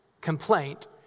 complaint